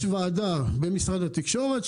יש ועדה במשרד התקשורת,